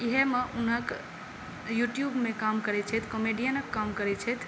एहिमे हुनक युट्युबमे काम करै छथि मीडिआमे काम करै छथि